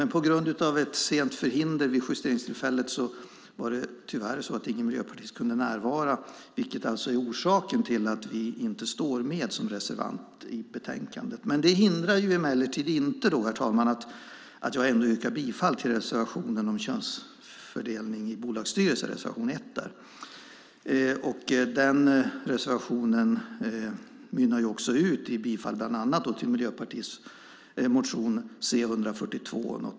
Men på grund av sent förhinder vid justeringstillfället kunde tyvärr ingen miljöpartist närvara, vilket alltså är orsaken till att vi inte står med som reservanter i betänkandet. Det hindrar emellertid inte att jag ändå yrkar bifall till reservationen om könsfördelning i bolagsstyrelser, reservation 1. Den reservationen tillstyrker bland annat Miljöpartiets motion C142.